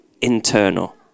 internal